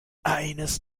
eines